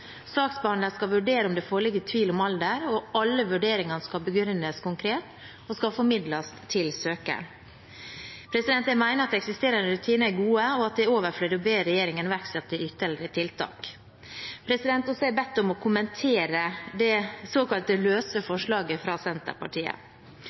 Saksbehandler skal vurdere om det foreligger tvil om alder, og alle vurderingene skal begrunnes konkret og formidles til søkeren. Jeg mener at eksisterende rutiner er gode, og at det er overflødig å be regjeringen iverksette ytterligere tiltak. Så er jeg bedt om å kommentere det løse